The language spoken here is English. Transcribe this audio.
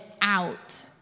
out